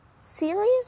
series